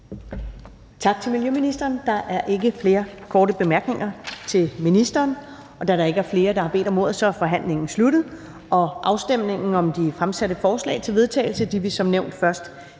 Tak til miljøministeren. Der er ikke flere korte bemærkninger til ministeren. Da der ikke er flere, der har bedt om ordet er forhandlingen sluttet. Afstemningen om de fremsatte forslag til vedtagelse vil som nævnt først